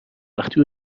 وقتی